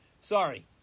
Sorry